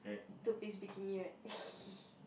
two piece bikini right